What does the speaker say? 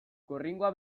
gorringoa